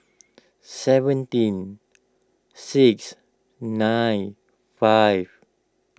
seventeen six nine five